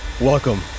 Welcome